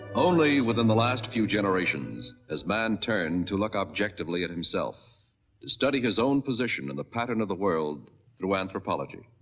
only within the last few generations has man turned to look objectively at himself. to study his own position in the pattern of the world through anthropology.